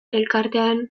elkartean